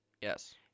Yes